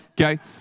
okay